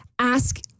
Ask